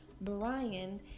Brian